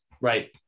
Right